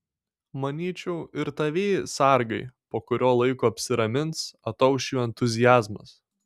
manyčiau ir tavieji sargai po kurio laiko apsiramins atauš jų entuziazmas